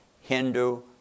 Hindu